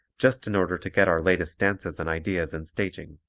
just in order to get our latest dances and ideas in staging.